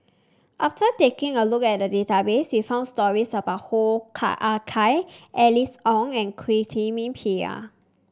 after taking a look at the database we found stories about Hoo Ah Kay Alice Ong and Quentin Pereira